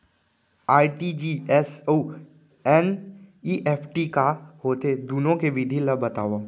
RTGS अऊ NEFT का होथे, दुनो के विधि ला बतावव